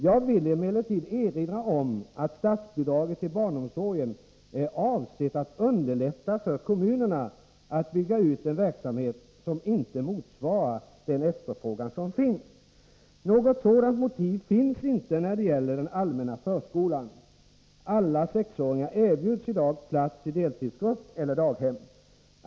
Jag vill emellertid erinra om att statsbidraget till barnomsorgen är avsett att underlätta för kommunerna att bygga ut en verksamhet som inte motsvarar den efterfrågan som finns. Något sådant motiv finns inte när det gäller den allmänna förskolan. Alla sexåringar erbjuds i dag plats i deltidsgrupp eller daghem.